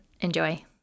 Enjoy